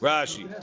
Rashi